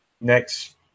next –